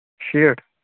شیٹھ